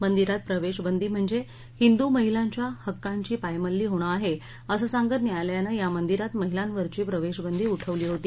मंदिरात प्रवेश बंदी म्हणजे हिंदू महिलांच्या हक्कांची पायमल्ली होणं आहे असं सांगत न्यायालयानं या मंदिरात महिलांवरची प्रवेश बंदी उठवली होती